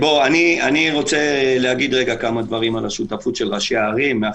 בערים שבהן לא המלצנו על התמקדות בשכונות